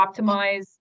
optimize